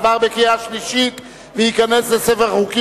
עבר בקריאה שלישית וייכנס לספר החוקים.